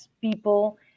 people